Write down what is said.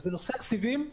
בנושא הסיבים.